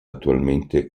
attualmente